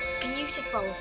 beautiful